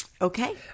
Okay